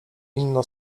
inną